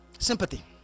Sympathy